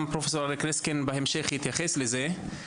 גם פרופ' אריק ריסקין בהמשך יתייחס לזה.